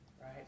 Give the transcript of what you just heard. right